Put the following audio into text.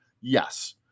Yes